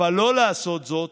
אבל לא לעשות זאת